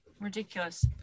Ridiculous